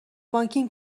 بانکیم